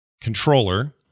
controller